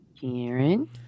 Karen